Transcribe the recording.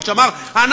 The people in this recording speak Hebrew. אני